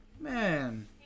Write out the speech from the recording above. Man